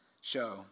show